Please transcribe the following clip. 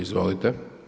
Izvolite.